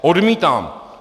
Odmítám!